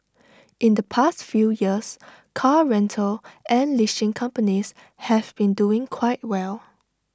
in the past few years car rental and leasing companies have been doing quite well